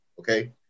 Okay